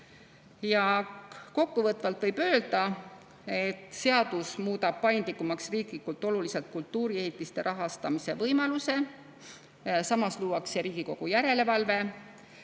Kokkuvõtvalt võib öelda, et seadus muudab paindlikumaks riiklikult oluliste kultuuriehitiste rahastamise võimaluse, samas luuakse Riigikogu järelevalve.